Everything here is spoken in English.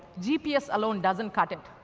gps alone doesn't cut it.